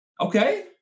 Okay